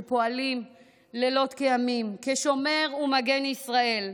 שפועלים לילות כימים כשומר ומגן ישראל.